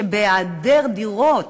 בהיעדר דירות,